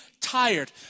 tired